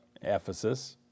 Ephesus